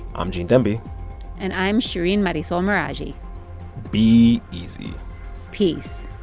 i'm gene demby and i'm shereen marisol meraji be easy peace